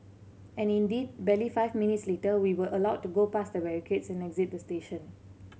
and indeed barely five minutes later we were allowed to go past the barricades and exit the station